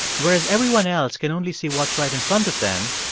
whereas everyone else can only see what's right in front of them,